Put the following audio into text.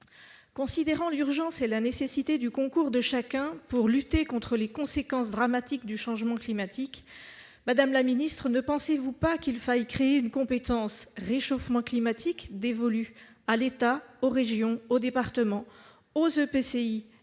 Considérant l'urgence et la nécessité du concours de chacun pour lutter contre les conséquences dramatiques du changement climatique, madame la ministre, ne pensez-vous pas qu'il faille créer une compétence « réchauffement climatique » dévolue à l'État, aux régions, aux départements, aux EPCI